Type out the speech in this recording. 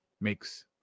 makes